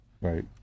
Right